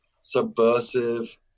Subversive